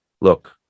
look